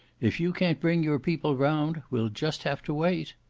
if you can't bring your people round, we'll just have to wait.